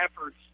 efforts